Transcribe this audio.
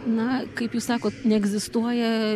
na kaip jūs sakot neegzistuoja